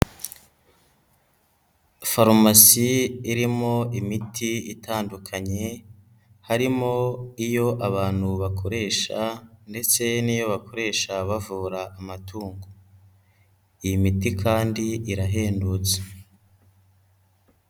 Farumasi irimo imiti itandukanye, harimo iyo abantu bakoresha ndetse n'iyo bakoresha bavura amatungo, iyi miti kandi irahendutse.